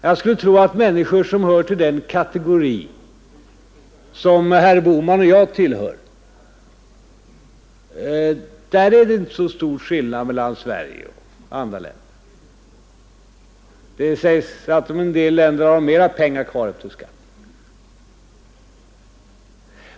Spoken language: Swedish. Jag skulle tro att det beträffande människor som hör till den kategori som herr Bohman och jag tillhör inte är så stor skillnad mellan Sverige och andra länder. Det sägs att man i en del länder för sådana grupper har mera pengar kvar efter skatt.